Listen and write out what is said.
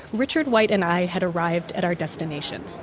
richard white and i had arrived at our destination,